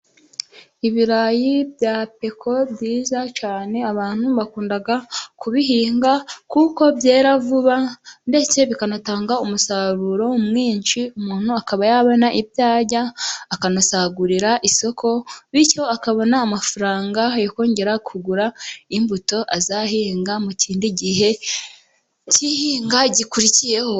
Ibirayi bya peko byiza cyane, abantu bakunda kubihinga kuko byera vuba ndetse bigatanga umusaruro mwinshi, umuntu akaba yabona ibyo arya akanasagurira isoko, bityo akabona amafaranga yo kongera kugura imbuto, azahinga mu kindi gihe cy'ihinga gikurikiyeho.